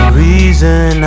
reason